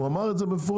הוא אמר את זה במפורש.